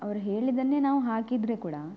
ಅವ್ರು ಹೇಳಿದ್ದನ್ನೇ ನಾವು ಹಾಕಿದರೆ ಕೂಡ